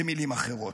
במילים אחרות.